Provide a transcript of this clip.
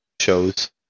shows